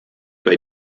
bei